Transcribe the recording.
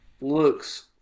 looks